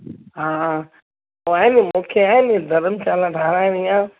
हा हा पोइ आहे नि मूंखे आहे नि धरमशाला ठाहिराइणी आहे